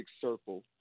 circle